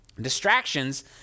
Distractions